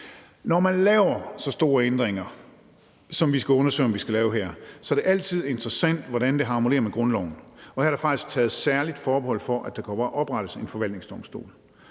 Når man laver så store ændringer, som vi skal undersøge om vi skal lave her, er det altid interessant, hvordan det harmonerer med grundloven, og her er der faktisk taget særligt forbehold for, at der kan oprettes en forvaltningsdomstol.